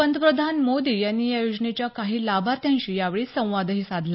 पंतप्रधान मोदी यांनी या योजनेच्या काही लाभार्थ्यांशी यावेळी संवादही साधला